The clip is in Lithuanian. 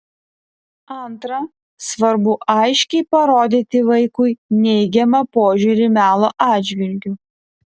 antra svarbu aiškiai parodyti vaikui neigiamą požiūrį melo atžvilgiu